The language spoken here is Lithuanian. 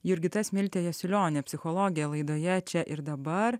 jurgita smiltė jasiulionė psichologė laidoje čia ir dabar